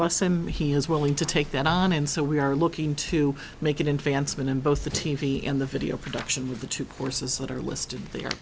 bless him he is willing to take that on and so we are looking to make it in fancy been in both the t v and the video production with the two courses that are listed there